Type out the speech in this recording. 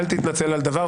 אל תתנצל על דבר.